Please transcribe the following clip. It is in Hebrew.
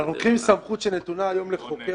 אנחנו לוקחים סמכות שנתונה היום לחוקר